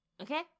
okay